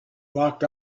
locked